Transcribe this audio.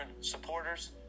supporters